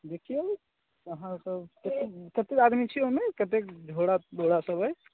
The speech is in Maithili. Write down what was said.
देखियौ अहाँसब कतेक कतेक आदमी छियै मने कते झोरा बोरा सब अइ